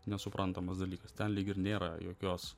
nesuprantamas dalykas ten lyg ir nėra jokios